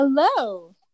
Hello